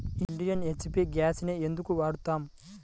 Indian, HP గ్యాస్లనే ఎందుకు వాడతాము?